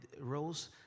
rose